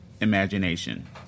imagination